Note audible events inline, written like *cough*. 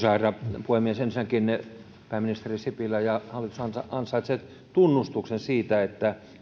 *unintelligible* herra puhemies ensinnäkin pääministeri sipilä ja hallitus ansaitsee tunnustuksen siitä että